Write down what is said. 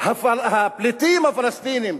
שהפליטים הפלסטינים